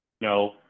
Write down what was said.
No